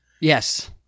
Yes